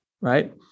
right